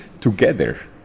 together